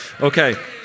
Okay